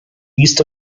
east